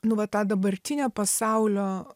nu va tą dabartinę pasaulio